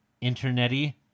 internet-y